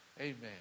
Amen